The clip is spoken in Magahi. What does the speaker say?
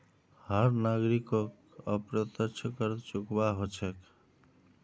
हर नागरिकोक अप्रत्यक्ष कर चुकव्वा हो छेक